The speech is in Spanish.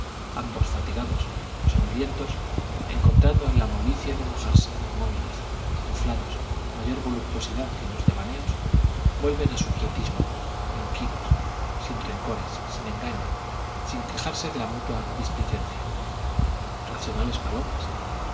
ambos fatigados soñolientos encontrando en la molicie de mojarse inmóviles inflados mayor voluptuosidad que en los devaneos vuelven a su quietismo tranquilos sin rencores sin engaño sin quejarse de la mutua displicencia racionales palomas